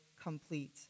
complete